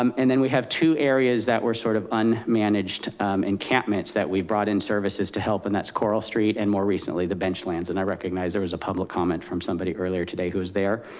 um and then we have two areas that were sort of unmanaged encampments that we brought in services to help and that's coral street, and more recently the bench lands. and i recognize there was a public comment from somebody earlier today who's there.